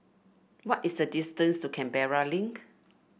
what is the distance to Canberra Link